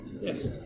Yes